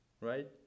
Right